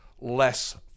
less